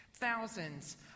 thousands